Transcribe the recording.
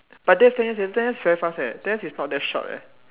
but that's ten years leh ten years is very fast leh ten years is not even short leh